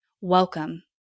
Welcome